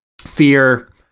fear